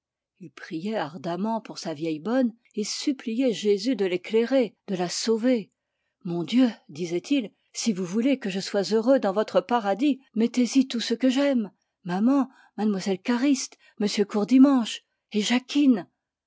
il priait ardemment pour sa vieille bonne et suppliait jésus de l'éclairer mon dieu disait-il si vous voulez que je sois heureux dans votre paradis mettez-y tous ceux que j'aime maman mlle cariste m courdimanche et jacquine